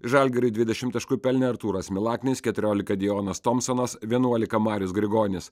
žalgiriui dvidešimt taškų pelnė artūras milaknis keturiolika deonas tompsonas vienuolika marius grigonis